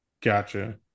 Gotcha